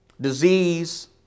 disease